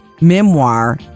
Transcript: memoir